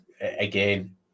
again